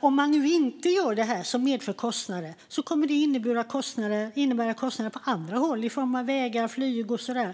om man nu inte gör det här som medför kostnader kommer det att innebära kostnader på andra håll i form av vägar, flyg och så vidare.